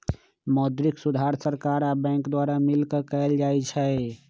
मौद्रिक सुधार सरकार आ बैंक द्वारा मिलकऽ कएल जाइ छइ